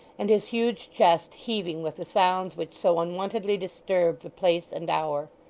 and his huge chest heaving with the sounds which so unwontedly disturbed the place and hour.